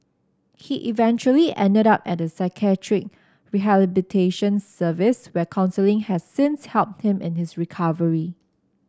he eventually ended up at a psychiatric rehabilitation service where counselling has since helped him in his recovery